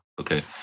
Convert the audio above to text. Okay